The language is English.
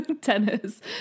tennis